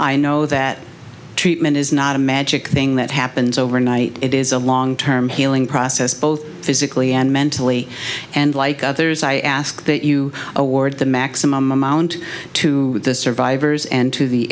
i know that treatment is not a magic thing that happens overnight it is a long term healing process both physically and mentally and like others i ask that you award the maximum amount to the survivors and to the